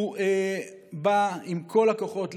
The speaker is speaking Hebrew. הוא בא עם כל הכוחות לסייע.